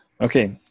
Okay